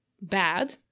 bad